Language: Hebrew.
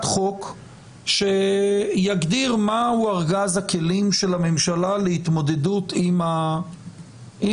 חוק שיגדיר מהו ארגז הכלים של הממשלה להתמודדות עם המציאות